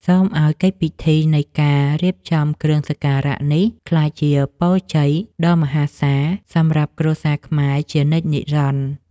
សូមឱ្យកិច្ចពិធីនៃការរៀបចំគ្រឿងសក្ការៈនេះក្លាយជាពរជ័យដ៏មហាសាលសម្រាប់គ្រួសារខ្មែរជានិច្ចនិរន្តរ៍។